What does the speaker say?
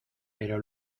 pero